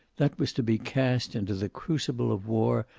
that was to be cast into the crucible of war,